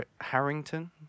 Harrington